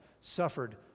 suffered